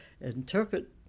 interpret